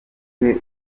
bwe